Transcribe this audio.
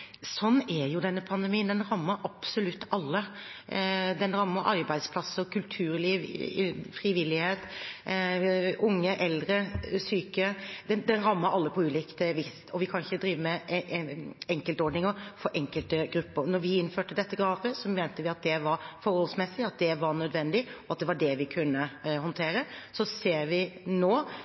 Sånn er jo denne pandemien. Den rammer absolutt alle. Den rammer arbeidsplasser, kulturliv, frivillighet, unge, eldre og syke. Den rammer alle på ulikt vis, og vi kan ikke drive med enkeltordninger for enkelte grupper. Da vi innførte dette grepet, mente vi at det var forholdsmessig, at det var nødvendig, og at det var det vi kunne håndtere. Så ser vi nå